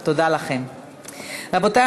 רבותי,